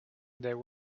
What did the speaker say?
there